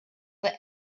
that